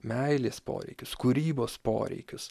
meilės poreikius kūrybos poreikius